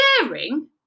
Sharing